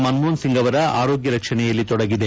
ಮನ್ಮೋಪನ್ ಸಿಂಗ್ರವರ ಆರೋಗ್ಯ ರಕ್ಷಣೆಯಲ್ಲಿ ತೊಡಗಿದೆ